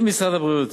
אם משרד הבריאות,